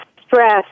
stress